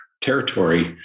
territory